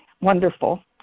wonderful